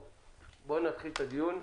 נתחיל את הדיון.